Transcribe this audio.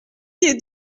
est